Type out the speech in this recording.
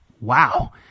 wow